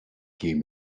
gave